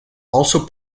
also